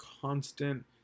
constant